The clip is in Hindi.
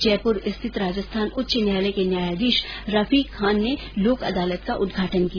जयपुर स्थित राजस्थान उच्च न्यायालय के न्यायाधीश रफीक खान ने लोक अदालत का उदघाटन किया